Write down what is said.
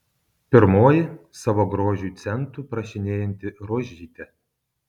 pirmoji savo grožiui centų prašinėjanti rožytė